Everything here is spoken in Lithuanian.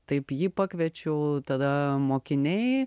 taip jį pakviečiau tada mokiniai